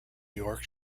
york